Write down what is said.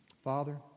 Father